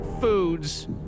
foods